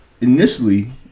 initially